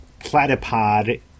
platypod